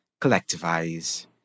collectivize